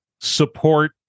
support